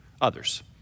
others